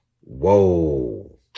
Whoa